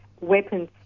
weapons